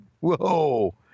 Whoa